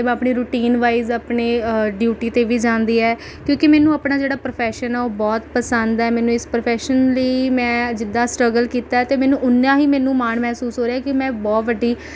ਅਤੇ ਮੈਂ ਆਪਣੀ ਰੁਟੀਨ ਵਾਈਜ਼ ਆਪਣੇ ਡਿਉਟੀ 'ਤੇ ਵੀ ਜਾਂਦੀ ਹੈ ਕਿਉਂਕਿ ਮੈਨੂੰ ਆਪਣਾ ਜਿਹੜਾ ਪ੍ਰੋਫ਼ੈਸ਼ਨ ਹੈ ਉਹ ਬਹੁਤ ਪਸੰਦ ਹੈ ਮੈਨੂੰ ਇਸ ਪ੍ਰਫ਼ੈਸ਼ਨ ਲਈ ਮੈਂ ਜਿੱਦਾਂ ਸਟਰੱਗਲ ਕੀਤਾ ਹੈ ਅਤੇ ਮੈਨੂੰ ਉੱਨਾ ਹੀ ਮੈਨੂੰ ਮਾਣ ਮਹਿਸੂਸ ਹੋ ਰਿਹਾ ਕਿ ਮੈਂ ਬਹੁਤ ਵੱਡੀ